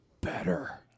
better